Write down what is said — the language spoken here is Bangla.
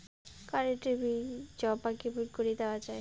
কারেন্ট এর বিল জমা কেমন করি দেওয়া যায়?